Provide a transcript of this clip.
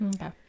okay